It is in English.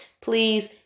please